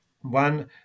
one